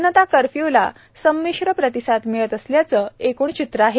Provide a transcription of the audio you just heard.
जनता कर्फ्यूला संमिश्र प्रतिसाद मिळत असल्याचं एकूण चित्र आहे